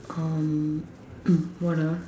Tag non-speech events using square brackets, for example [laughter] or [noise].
um [noise] what ah